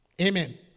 Amen